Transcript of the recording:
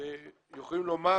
יכולים לומר